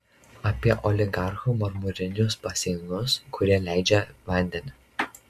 apie oligarchų marmurinius baseinus kurie leidžia vandenį